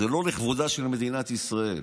זה לא לכבודה של מדינת ישראל.